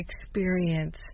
experience